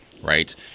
right